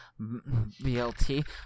BLT